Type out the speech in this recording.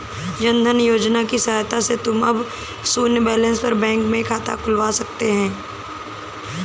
जन धन योजना की सहायता से तुम अब शून्य बैलेंस पर बैंक में खाता खुलवा सकते हो